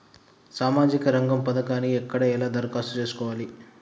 సామాజిక రంగం పథకానికి ఎక్కడ ఎలా దరఖాస్తు చేసుకోవాలి?